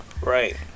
Right